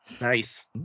Nice